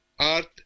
Art